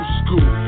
school